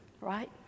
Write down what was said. Right